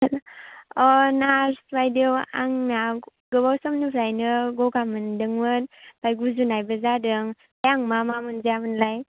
अ नार्स बायदेव आंना गोबाव समनिफ्रायनो गगा मोन्दोंमोन ओमफाय गुजुनायबो जादों ओमफाय आं मा मा मोनजायामोनलाय